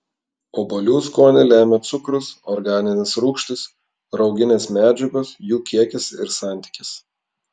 obuolių skonį lemia cukrus organinės rūgštys rauginės medžiagos jų kiekis ir santykis